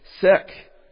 sick